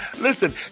Listen